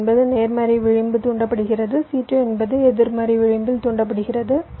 C1 என்பது நேர்மறை விளிம்பு தூண்டப்படுகிறது C2 என்பது எதிர்மறை விளிம்பில் தூண்டப்படுகிறது